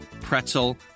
pretzel